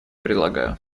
предлагаю